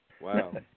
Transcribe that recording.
Wow